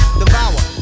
devour